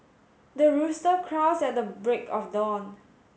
the rooster crows at the break of dawn